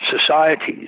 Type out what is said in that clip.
societies